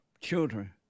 children